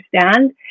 understand